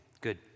Good